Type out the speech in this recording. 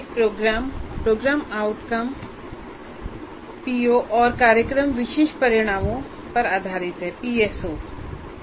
एक programme programme outcome पीओऔर कार्यक्रम विशिष्ट परिणामों पीएसओ पर आधारित है